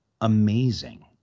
amazing